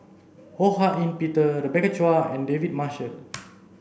Ho Hak Ean Peter Rebecca Chua and David Marshall